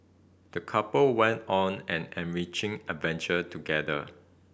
the couple went on an enriching adventure together